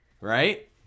right